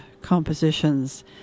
compositions